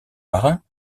marins